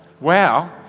wow